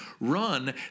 run